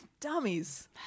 Dummies